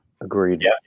Agreed